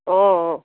অঁ অঁ